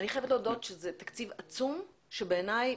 אני חייבת להודות שזה תקציב עצום, שבעיניי